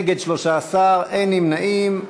נגד, 13, אין נמנעים.